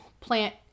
plant